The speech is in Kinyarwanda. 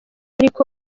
ariko